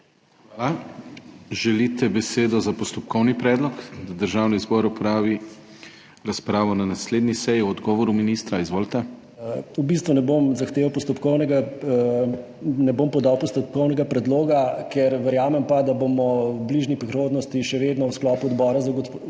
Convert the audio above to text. Hvala. Želite besedo za postopkovni predlog, da Državni zbor opravi razpravo na naslednji seji o odgovoru ministra? Izvolite. **RADO GLADEK (PS SDS):** V bistvu ne bom podal postopkovnega predloga, ker verjamem, da bomo v bližnji prihodnosti še vedno v sklopu Odbora za gospodarstvo